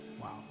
Wow